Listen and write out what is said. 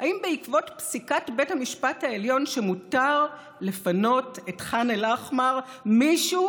האם בעקבות פסיקת בית המשפט העליון שמותר לפנות את ח'אן אל-אחמר מישהו